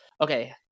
okay